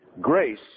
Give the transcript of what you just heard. Grace